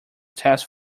test